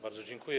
Bardzo dziękuję.